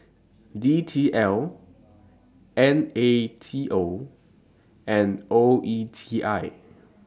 D T L N A T O and O E T I